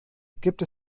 gibt